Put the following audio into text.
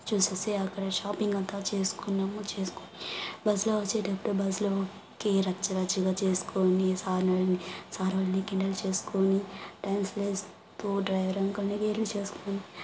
చూసేసి అక్కడ షాపింగ్ అంత చేసుకున్నాము చేసుకొని బస్లో వచ్చేటప్పుడు బస్లోకి రచ్చరచ్చగా చేసుకొని సార్లని సార్ వాళ్ళని కిండల్ చేసుకొని టైమ్స్ప్లేస్తో డ్రైవర్ అంకుల్ని చేసుకొని